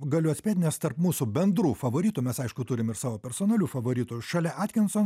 galiu atspėt nes tarp mūsų bendrų favoritų mes aišku turim savo personalių favoritų šalia atkinsons